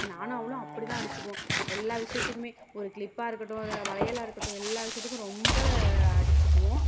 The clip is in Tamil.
நானும் அவளும் அப்படிதான் அடிச்சுப்போம் எல்லா விஷயத்துக்குமே ஒரு கிளிப்பாக இருக்கட்டும் ஒரு வளையலாக இருக்கட்டும் எல்லா விஷயத்துக்கும் ரொம்ப அடிச்சுக்குவோம்